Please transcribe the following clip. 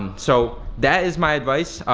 so that is my advice,